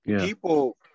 people